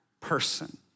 person